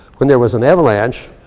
when there was an avalanche,